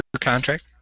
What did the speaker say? contract